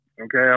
okay